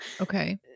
okay